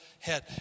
head